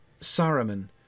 Saruman